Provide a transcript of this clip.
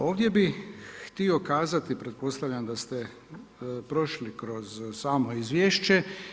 Ovdje bih htio kazati, pretpostavljam da ste prošli kroz samo izvješće.